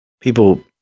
people